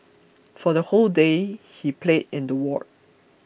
for the whole day he played in the ward